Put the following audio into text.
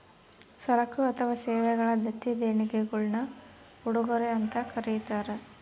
ಸರಕು ಅಥವಾ ಸೇವೆಗಳ ದತ್ತಿ ದೇಣಿಗೆಗುಳ್ನ ಉಡುಗೊರೆ ಅಂತ ಕರೀತಾರ